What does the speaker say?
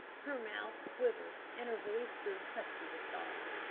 her mouth quivered and her voice grew husky with sorrow.